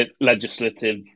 legislative